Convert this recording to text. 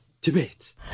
debate